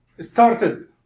started